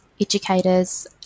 educators